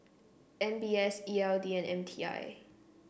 M B S E L D and M T I